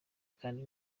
kandi